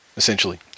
Essentially